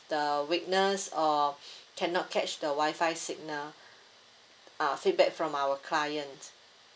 the weakness or cannot catch the Wi-Fi signal uh feedback from our client